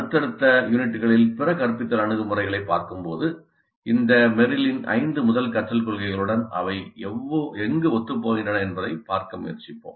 அடுத்தடுத்த யூனிட்டுகளில் பிற கற்பித்தல் அணுகுமுறைகளைப் பார்க்கும்போது இந்த மெர்ரிலின் ஐந்து முதல் கற்றல் கொள்கைகளுடன் அவை எங்கு ஒத்துப்போகின்றன என்பதைப் பார்க்க முயற்சிப்போம்